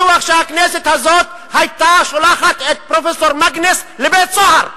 אני בטוח שהכנסת הזאת היתה שולחת את פרופסור מאגנס לבית-סוהר,